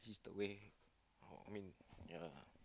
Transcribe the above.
this is they way uh I mean yeah